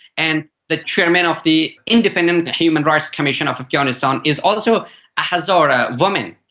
and the chairman of the independent human rights commission of afghanistan is also a hazara woman,